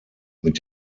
mit